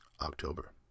October